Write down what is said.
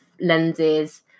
lenses